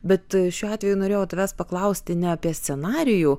bet šiuo atveju norėjau tavęs paklausti ne apie scenarijų